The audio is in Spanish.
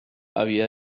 había